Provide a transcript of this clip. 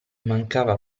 mancava